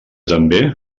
també